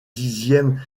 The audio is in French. dixième